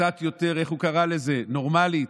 קצת יותר, איך הוא קרא לזה, נורמלית?